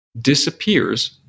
disappears